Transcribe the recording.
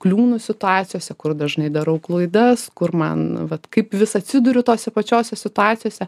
kliūnu situacijose kur dažnai darau klaidas kur man vat kaip vis atsiduriu tose pačiose situacijose